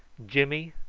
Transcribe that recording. jimmy,